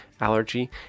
Allergy